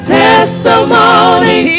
testimony